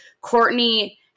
Courtney